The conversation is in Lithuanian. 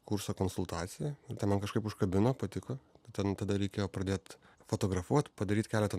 kurso konsultaciją ten man kažkaip užkabino patiko ten tada reikėjo pradėt fotografuot padaryt keletą